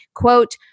quote